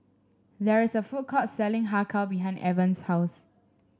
there is a food court selling Har Kow behind Evans' house